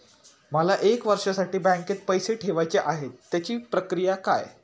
मला एक वर्षासाठी बँकेत पैसे ठेवायचे आहेत त्याची प्रक्रिया काय?